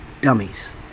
dummies